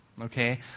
okay